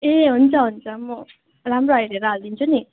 ए हुन्छ हुन्छ म राम्रो हेरेर हालिदिन्छु नि